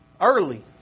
early